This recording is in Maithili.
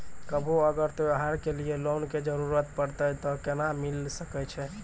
कभो अगर त्योहार के लिए लोन के जरूरत परतै तऽ केना मिल सकै छै?